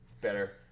Better